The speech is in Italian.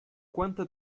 quanta